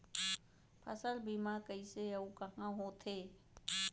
फसल बीमा कइसे अऊ कहाँ होथे?